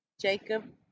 Jacob